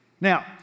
Now